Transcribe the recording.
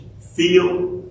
feel